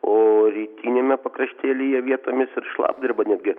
o rytiniame pakraštėlyje vietomis ir šlapdriba netgi